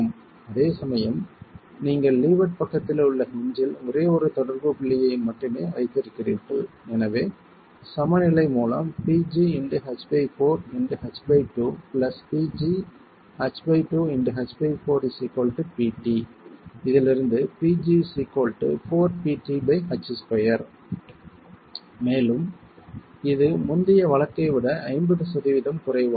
அதேசமயம் நீங்கள் லீவர்ட் பக்கத்தில் உள்ள ஹின்ஜ்ல் ஒரே ஒரு தொடர்பு புள்ளியை மட்டுமே வைத்திருக்கிறீர்கள் எனவே சமநிலை மூலம் மேலும் இது முந்தைய வழக்கை விட 50 சதவீதம் குறைவாகும்